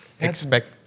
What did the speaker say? expect